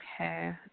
Okay